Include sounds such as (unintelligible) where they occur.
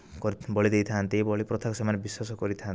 (unintelligible) ବଳି ଦେଇଥାନ୍ତି ବଳି ପ୍ରଥାକୁ ସେମାନେ ବିଶ୍ଵାସ କରିଥାନ୍ତି